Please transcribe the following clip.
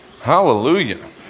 Hallelujah